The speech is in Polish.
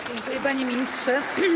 Dziękuję, panie ministrze.